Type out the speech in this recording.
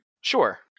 Sure